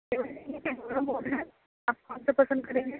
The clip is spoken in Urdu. آپ کون سا پسند کریں گے